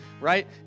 right